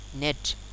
net